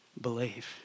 believe